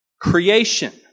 creation